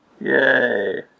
Yay